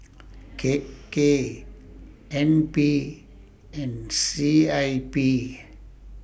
K K N P and C I P